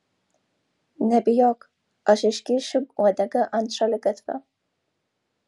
nebijok aš iškišiu uodegą ant šaligatvio